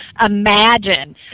imagine